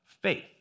faith